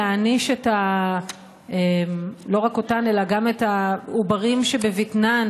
להעניש לא רק אותן אלא גם את העוברים שבבטנן,